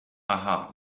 aha